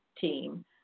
team